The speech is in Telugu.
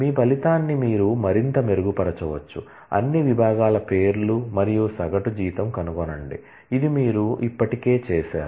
మీ ఫలితాన్ని మీరు మరింత మెరుగుపరచవచ్చు అన్ని విభాగాల పేర్లు మరియు సగటు జీతం కనుగొనండి ఇది మీరు ఇప్పటికే చేసారు